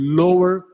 lower